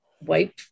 wipe